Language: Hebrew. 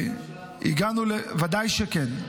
בממשלה שלנו לא היה --- ודאי שכן,